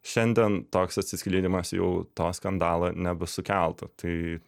šiandien toks atsiskleidimas jau to skandalo nebesukeltų tai